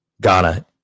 Ghana